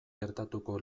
gertatuko